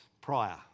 prior